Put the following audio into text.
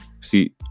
see